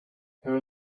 her